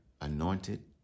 anointed